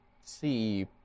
see